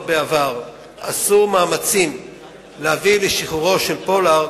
בעבר עשו מאמצים להביא לשחרורו של פולארד,